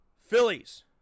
phillies